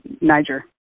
Niger